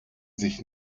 sich